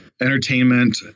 entertainment